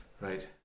right